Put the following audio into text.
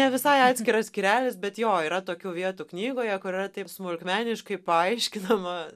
ne visai atskiras skyrelis bet jo yra tokių vietų knygoje kur yra taip smulkmeniškai paaiškinama